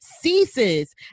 ceases